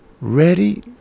ready